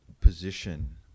position